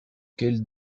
quels